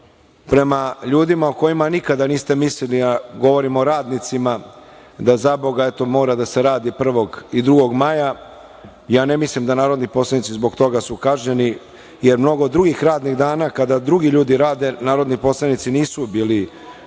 prema ljudima o kojima nikad niste mislili, govorim o radnicima, da, zaboga, eto mora da se radi 1. i 2. maja. Ne mislim da narodni poslanici zbog toga su kažnjeni jer mnogo drugih radnih dana kada drugi ljudi rade narodni poslanici nisu bili